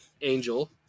angel